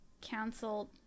canceled